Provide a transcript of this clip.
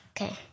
Okay